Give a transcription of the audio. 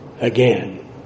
Again